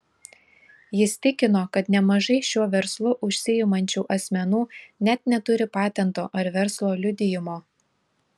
jis tikino kad nemažai šiuo verslu užsiimančių asmenų net neturi patento ar verslo liudijimo